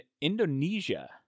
Indonesia